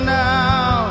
now